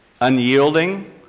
unyielding